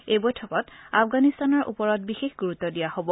এই বৈঠকত আফগানিস্তানৰ ওপৰত বিশেষ গুৰুত্ব দিয়া হব